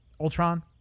Ultron